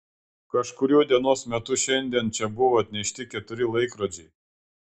kažkuriuo dienos metu šiandien čia buvo atnešti keturi laikrodžiai